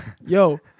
Yo